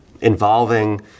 involving